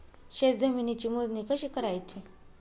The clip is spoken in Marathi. शेत जमिनीची मोजणी कशी करायची?